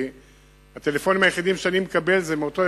כי הטלפונים היחידים שאני מקבל הם מאותו